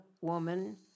woman